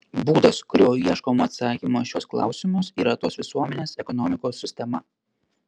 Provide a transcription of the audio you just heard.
būdas kuriuo ieškoma atsakymo į šiuos klausimus yra tos visuomenės ekonomikos sistema